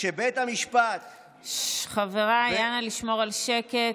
שבית המשפט, " חבריי, נא לשמור על שקט.